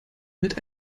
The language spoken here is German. mit